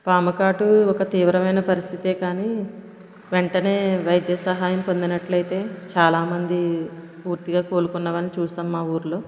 పాము కాటు ఒక తీవ్రమైన పరిస్థితే కాని వెంటనే వైద్య సహాయం పొందినట్లయితే చాలామంది పూర్తిగా కోలుకున్న వాళ్ళను చూశాము మా ఊర్లో